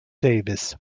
davis